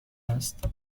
است